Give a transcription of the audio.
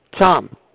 Tom